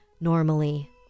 normally